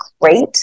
great